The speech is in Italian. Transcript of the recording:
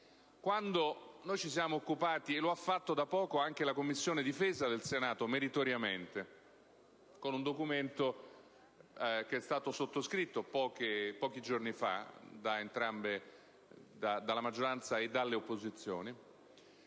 può aiutarci a comprendere. Lo ha fatto anche la Commissione difesa del Senato, meritoriamente, con un documento che è stato sottoscritto pochi giorni fa dalla maggioranza e dalle opposizioni.